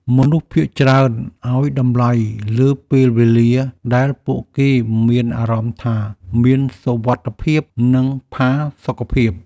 មនុស្សភាគច្រើនឱ្យតម្លៃលើពេលវេលាដែលពួកគេមានអារម្មណ៍ថាមានសុវត្ថិភាព និងផាសុកភាព។